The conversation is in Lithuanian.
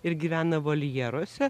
ir gyvena voljeruose